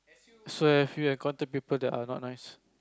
so have you encountered people that are not nice